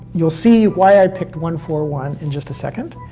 you'll see why i picked one, four, one in just a second.